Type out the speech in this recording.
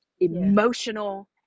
emotional